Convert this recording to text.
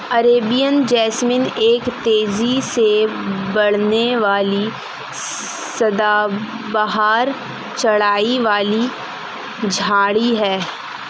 Arabian jasmine एक तेजी से बढ़ने वाली सदाबहार चढ़ाई वाली झाड़ी है